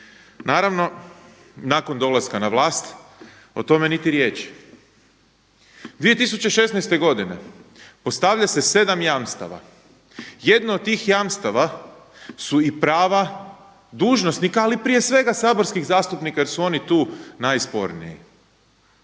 Naravno, nakon dolaska na vlast o tome niti riječi. 2016. godine postavlja se 7 jamstava. Jedno od tih jamstava su i prava dužnosnika, ali prije svega saborskih zastupnika jer su oni tu najsporniji.